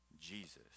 Jesus